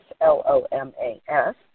L-O-M-A-S